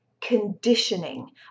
conditioning